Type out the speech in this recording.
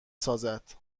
سازد